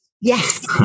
yes